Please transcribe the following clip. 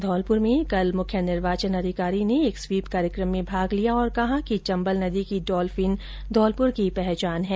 धौलपुर में कल मुख्य निर्वाचन अधिकारी ने एक स्वीप कार्यक्रम में भाग लिया और कहा कि चम्बल नदी की डॉल्फिन धौलप्र की पहचान है